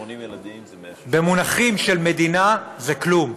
80 ילדים זה 160. במונחים של מדינה, זה כלום.